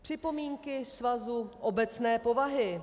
Připomínky svazu obecné povahy.